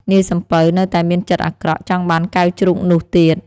នាយសំពៅនៅតែមានចិត្តអាក្រក់ ចង់បានកែវជ្រូកនោះទៀត។